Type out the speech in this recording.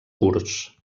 kurds